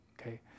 okay